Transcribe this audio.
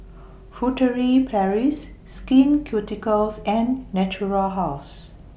Furtere Paris Skin Ceuticals and Natura House